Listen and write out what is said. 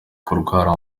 kurwara